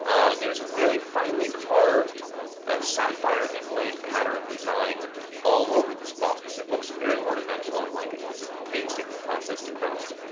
and there is a very finely carved sapphire-inlaid patterned design all over this box. it looks very ornamental and like it was a painstaking process to craft.